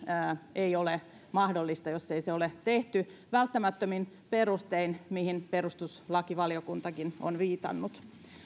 ei ole mahdollista jos sitä ei ole tehty välttämättömin perustein mihin perustuslakivaliokuntakin on viitannut